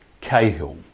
Cahill